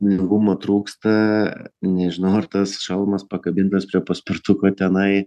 vieningumo trūksta nežinau ar tas šalmas pakabintas prie paspirtuko tenai